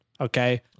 Okay